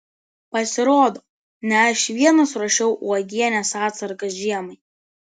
pasirodo ne aš vienas ruošiau uogienės atsargas žiemai